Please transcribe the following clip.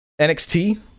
NXT